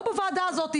אבל לא בוועדה הזאת.